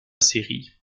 série